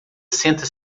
senta